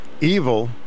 evil